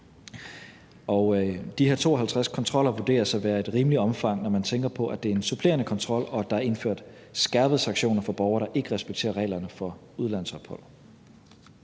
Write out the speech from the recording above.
De her 52 kontroller vurderes at være et rimeligt omfang, når man tænker på, at det er en supplerende kontrol, og at der er indført skærpede sanktioner for borgere, der ikke respekterer reglerne for udlandsophold.